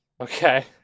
Okay